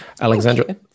Alexandra